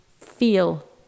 feel